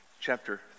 chapter